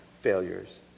failures